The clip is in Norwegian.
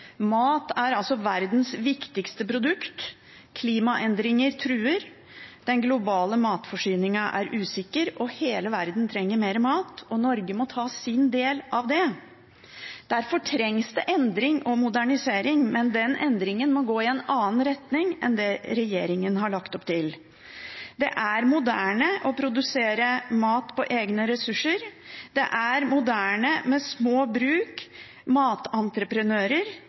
Mat er verdens viktigste produkt. Klimaendringer truer, den globale matforsyningen er usikker, og hele verden trenger mer mat. Norge må ta sin del av det. Derfor trengs det endring og modernisering, men den endringen må gå i en annen retning enn det regjeringen har lagt opp til. Det er moderne å produsere mat på egne ressurser, det er moderne med små bruk